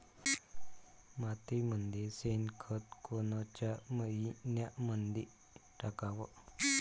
मातीमंदी शेणखत कोनच्या मइन्यामंधी टाकाव?